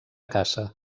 caça